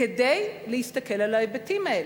כדי להסתכל על ההיבטים האלה.